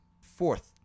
fourth